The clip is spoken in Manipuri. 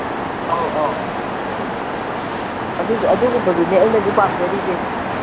ꯑꯣ ꯑꯣ ꯑꯗꯨ ꯑꯗꯨꯒꯨꯝꯕꯗꯨꯅꯦ ꯑꯩꯅꯁꯨ ꯄꯥꯝꯖꯔꯤꯁꯦ